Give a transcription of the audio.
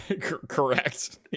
Correct